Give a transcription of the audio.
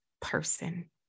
person